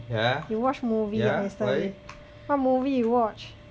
you watch movie yesterday what movie you watch